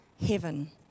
heaven